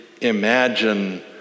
imagine